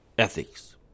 ethics